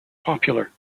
popular